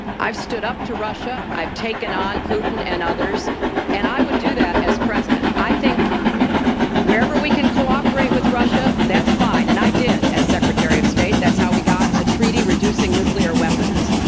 stood up to russia i've taken on putin and others and i would do that as president. i think wherever we can cooperate with russia, that's fine and i did, as secretary of state, that's how we got a treaty reducing nuclear weapons,